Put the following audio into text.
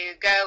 go